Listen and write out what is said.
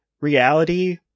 reality